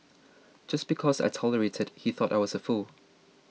just because I tolerated he thought I was a fool